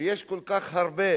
ויש כל כך הרבה